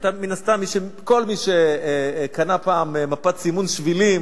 מן הסתם כל מי שקנה פעם מפת סימון שבילים